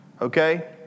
okay